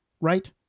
right